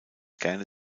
gerne